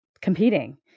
competing